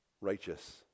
Righteous